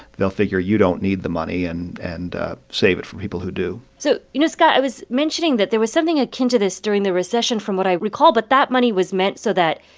they'll figure you don't need the money and and save it for people who do so, you know, scott, i was mentioning that there was something akin to this during the recession from what i recall. but that money was meant so that,